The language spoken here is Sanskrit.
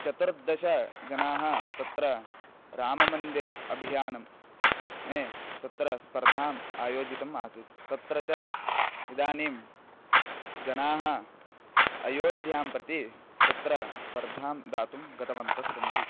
चतुर्दश जनाः तत्र राममन्दिर अभियानं मे तत्र स्पर्धाम् आयोजितम् आसीत् तत्र च इदानीं जनाः अयोध्यां प्रति तत्र स्पर्धां दातुं गतवन्तः सन्ति